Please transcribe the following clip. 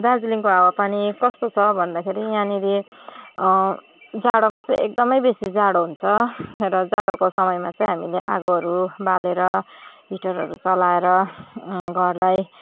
दार्जिलिङको हावापानी कस्तो छ भन्दाखेरि यहाँनिर जाडोमा चाहिँ एकदमै बेसी जाडो हुन्छ र जाडोको समयमा चाहिँ हामीले आगोहरू बालेर हिटरहरू चलाएर घरलाई